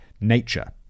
nature